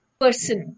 person